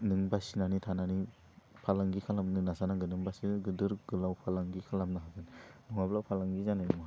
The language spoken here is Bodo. नों बासिनानै थानानै फालांगि खालामनो नाजानांगोन होमबासो गोदोर गोलाव फालांगि खालामनो हागोन नङाबा फालांगि जानाय नङा